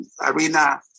arena